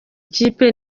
kipe